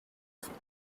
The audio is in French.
fond